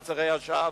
את מעצרי השווא,